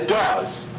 does,